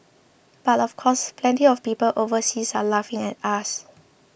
but of course plenty of people overseas are laughing at us